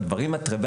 בדברים כמו